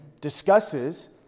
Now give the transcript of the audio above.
discusses